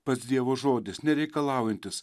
pats dievo žodis nereikalaujantis